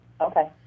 okay